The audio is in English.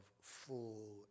full